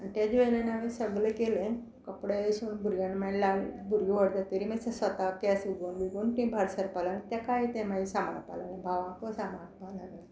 आनी तेजे वेल्यान हांवें सगलें केलें कपडे शिंवन भुरग्यांनी मागीर ल्हान भुरगीं व्हडले तरी मात्शे स्वता केंस उगोन बिगोन टी भायर सरपा लागी ताकाय ते मागी सांबाळपा लागलें भावाकूय सांबाळपा भावाकूय सामाळपा लागलें